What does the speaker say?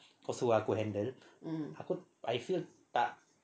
kau suruh aku handle aku I feel tak